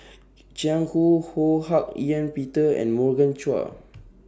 Jiang Hu Ho Hak Ean Peter and Morgan Chua